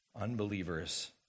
Unbelievers